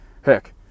heck